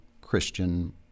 Christian